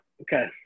Okay